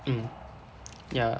mm ya